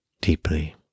deeply